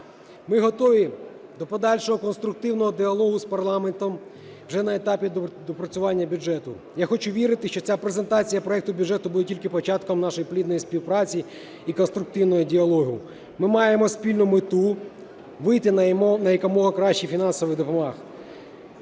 Ми готові до подальшого конструктивного діалогу з парламентом вже на етапі допрацювання бюджету. Я хочу вірити, що ця презентація проекту бюджету буде тільки початком нашої плідної співпраці і конструктивного діалогу. Ми маємо спільну мету – вийти на якомога кращих фінансових договорах.